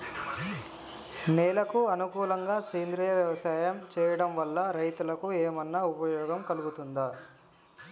నేలకు అనుకూలంగా సేంద్రీయ వ్యవసాయం చేయడం వల్ల రైతులకు ఏమన్నా ఉపయోగం కలుగుతదా?